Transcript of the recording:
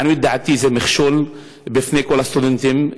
לעניות דעתי זה מכשול בפני כל הסטודנטים.